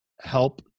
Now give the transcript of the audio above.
help